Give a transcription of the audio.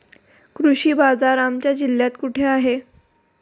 कृषी बाजार आमच्या जिल्ह्यात कुठे आहे?